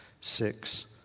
six